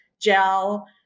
gel